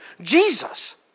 Jesus